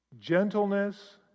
gentleness